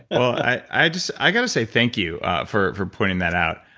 i just, i got to say thank you for for pointing that out.